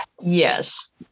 yes